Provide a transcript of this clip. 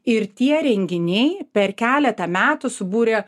ir tie renginiai per keletą metų subūrė